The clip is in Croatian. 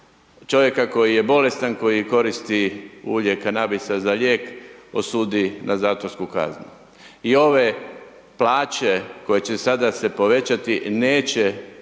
čovjeka koji je bolestan, koji koristi ulje kanabisa za lijek, osudi na zatvorsku kaznu? I ove plaće koje će sada se povećati, neće